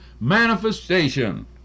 manifestation